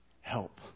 help